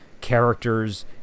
characters